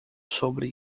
sobre